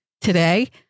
today